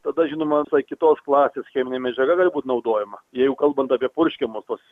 tada žinoma visai kitos klasės cheminė medžiaga gali būt naudojama jeigu kalbant apie purškiamus tuos